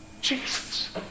Jesus